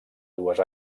dues